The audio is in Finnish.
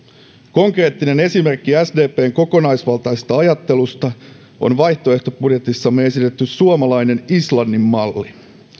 konkreettinen esimerkki sdpn kokonaisvaltaisesta ajattelusta on vaihtoehtobudjetissamme esitetty suomalainen islannin malli